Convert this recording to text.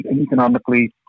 economically